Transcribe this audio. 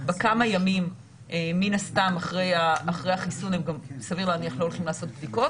וכמה ימים מן הסתם אחרי החיסון הם גם סביר להניח לא הולכים בדיקות.